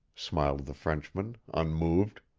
smiled the frenchman, unmoved.